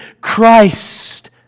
Christ